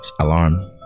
Alarm